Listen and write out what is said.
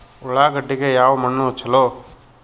ಉಳ್ಳಾಗಡ್ಡಿಗೆ ಯಾವ ಮಣ್ಣು ಛಲೋ?